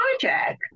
project